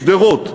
שדרות,